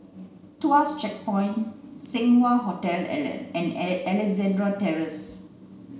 Tuas Checkpoint Seng Wah Hotel and Alexandra Terrace